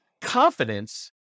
confidence